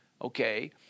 okay